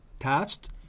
attached